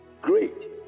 Great